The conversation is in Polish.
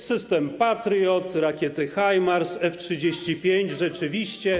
System Patriot, rakiety High Mars, F-35 - rzeczywiście.